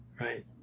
right